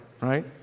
right